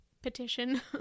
petition